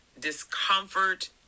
discomfort